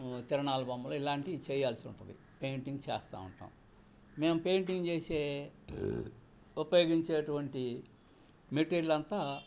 తిరణాలు బొమ్మలు ఇలాంటివి చేయాల్సి ఉంటుంది పెయింటింగ్ చేస్తూ ఉంటాం మేము పెయింటింగ్ చేసే ఉపయోగించేటువంటి మెటీరియల్ అంతా